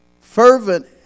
Fervent